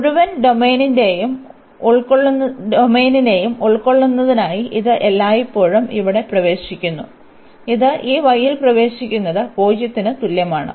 മുഴുവൻ ഡൊമെയ്നിനെയും ഉൾക്കൊള്ളുന്നതിനായി ഇത് എല്ലായ്പ്പോഴും ഇവിടെ പ്രവേശിക്കുന്നു ഇത് ഈ y യിൽ പ്രവേശിക്കുന്നത് 0 ന് തുല്യമാണ്